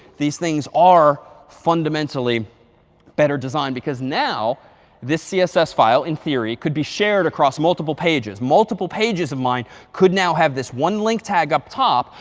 these things are fundamentally better designed, because now this css file in theory could be shared across multiple pages. multiple pages of mine could now have this one link tag up top,